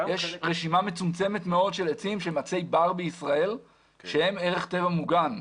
יש רשימה מצומצמת מאוד של עצים שהם עצי בר בישראל שהם ערך טבע מוגן.